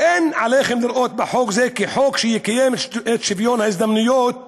אין עליכם לראות בחוק זה חוק שיקיים את שוויון הזדמנויות